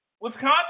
Wisconsin